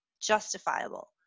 justifiable